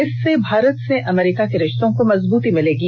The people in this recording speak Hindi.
इससे भारत से अमेरिका को रिष्तों को मजबूती मिलेगी